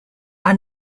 are